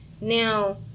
Now